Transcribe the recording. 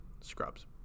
Scrubs